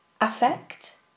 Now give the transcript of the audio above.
affect